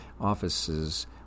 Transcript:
offices